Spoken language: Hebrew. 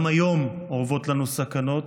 גם היום אורבות לנו סכנות.